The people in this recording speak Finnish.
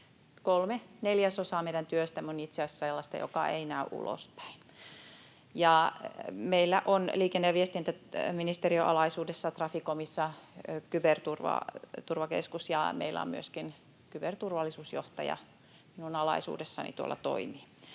Kolme neljäsosaa meidän työstämme on itse asiassa sellaista, joka ei näy ulospäin. Meillä on liikenne- ja viestintäministeriön alaisuudessa Traficomissa Kyberturvallisuuskeskus, ja meillä on myöskin kyberturvallisuusjohtaja. Hän toimii tuolla minun